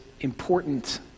important